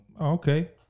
okay